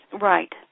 Right